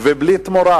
בלי תמורה.